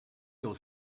your